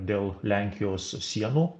dėl lenkijos sienų